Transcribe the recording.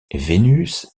vénus